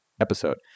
episode